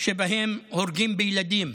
שבהם הורגים בילדים.